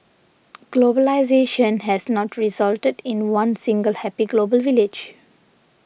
globalisation has not resulted in one single happy global village